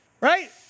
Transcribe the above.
right